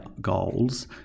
goals